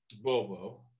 Bobo